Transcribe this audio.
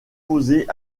posées